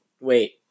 wait